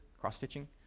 Cross-stitching